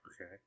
Okay